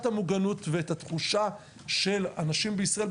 המוגנות ואת התחושה של אנשים בישראל,